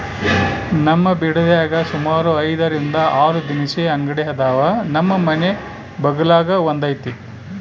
ನಮ್ ಬಿಡದ್ಯಾಗ ಸುಮಾರು ಐದರಿಂದ ಆರು ದಿನಸಿ ಅಂಗಡಿ ಅದಾವ, ನಮ್ ಮನೆ ಬಗಲಾಗ ಒಂದೈತೆ